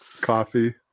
coffee